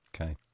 Okay